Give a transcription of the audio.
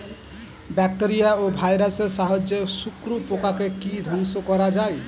Bacteria ও ভাইরাসের সাহায্যে শত্রু পোকাকে কি ধ্বংস করা যায়?